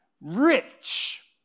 rich